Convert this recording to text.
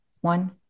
one